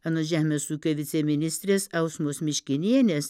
anot žemės ūkio viceministrės ausmos miškinienės